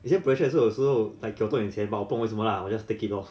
有时 pressure 有时候 like 给我多一点钱 but 我不知道为什么 lah 我 just take it lor